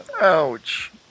Ouch